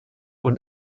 und